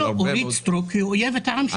אורית סטרוק היא אויבת העם שלי.